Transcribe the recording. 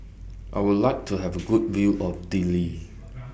I Would like to Have A Good View of Dili